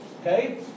okay